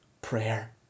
Prayer